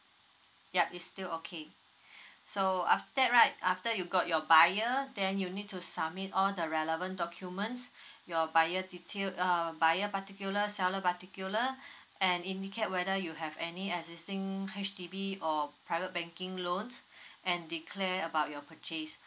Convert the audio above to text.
yup is still okay so after that right after you got your buyer then you need to submit all the relevant documents your buyer detail uh buyer particular seller particular and indicate whether you have any existing H_D_B or private banking loans and declare about your purchase